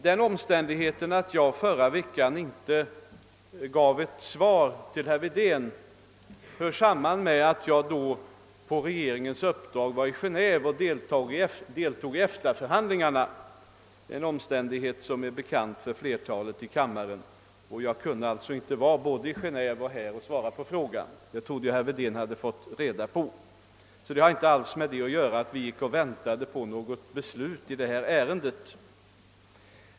Herr talman! Att jag inte lämnade något svar till herr Wedén förra veckan sammanhängde med att jag då på regeringens uppdrag var i Geneve och deltog i EFTA-förhandlingarna, vilket torde vara bekant för flertalet av kammarens ledamöter. Jag kunde ju inte vara både i Genéve och här i kammaren för att svara på herr Wedéns fråga. Jag trodde också att herr Wedén fått besked om att jag var bortrest. Uppskovet med svaret berodde alltså inte på att vi väntade på beslut i detta ärende.